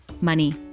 money